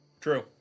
True